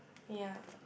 ya